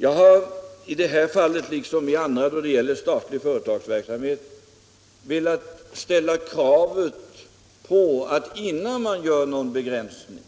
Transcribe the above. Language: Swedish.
Jag har i det här fallet liksom över huvud taget när det gäller statlig företagsverksamhet velat ställa det kravet att man, innan man företar någon begränsning